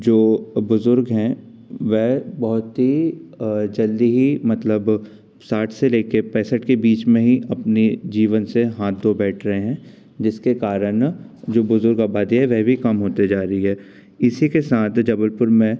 जो बुजुर्ग हैं वह बहुत ही जल्द ही मतलब साठ से लेके पैसठ के बीच में ही अपने जीवन से हाथ धो बैठ रहे हैं जिसके कारण जो बुजुर्ग आबादी है वह भी कम होते जा रही है इसी के साथ जबलपुर में